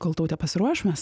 kol tautė pasiruoš mes